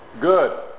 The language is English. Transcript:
good